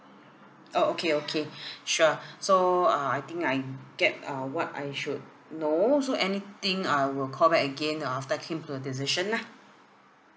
oh okay okay sure so uh I think I get uh what I should know so anything I will call back again uh after I came to a decision lah